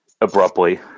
abruptly